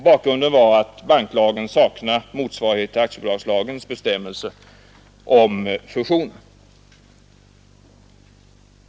Bakgrunden var att banklagen saknar motsvarighet till aktiebolagslagens bestämmelser om fusion.